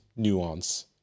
nuance